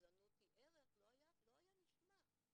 גזענות היא ערך, לא היה נשמע.